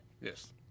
Yes